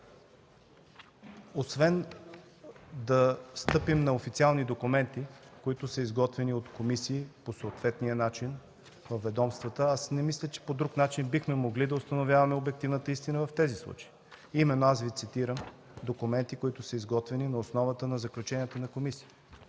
Освен да стъпим на официални документи, които са изготвени от комисии по съответния начин във ведомствата, не мисля, че по друг начин бихме могли да установяваме обективната истина в тези случаи. Аз Ви цитирам документи, които са изготвени на основата на заключенията на комисията.